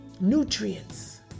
nutrients